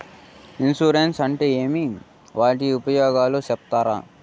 Insurance అంటే ఏమి? వాటి ఉపయోగాలు సెప్తారా?